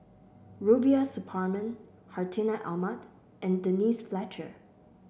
Rubiah Suparman Hartinah Ahmad and Denise Fletcher